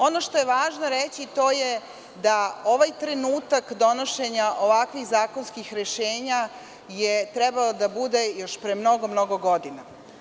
Ono što je važno reći, to je da ovaj trenutak donošenja ovakvih zakonskih rešenja je trebalo da bude još pre mnogo, mnogo godina.